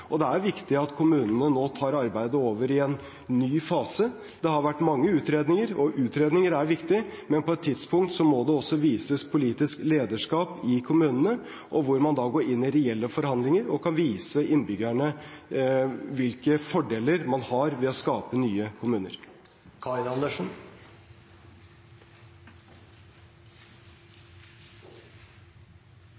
og det er viktig at kommunene nå tar arbeidet over i en ny fase. Det har vært mange utredninger. Utredninger er viktig, men på et tidspunkt må det også vises politisk lederskap i kommunene, hvor man går inn i reelle forhandlinger og kan vise innbyggerne hvilke fordeler man har ved å skape nye